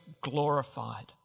glorified